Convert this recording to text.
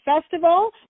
festival